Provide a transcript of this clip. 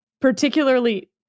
Particularly